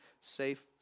safe